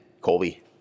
Colby